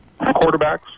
quarterbacks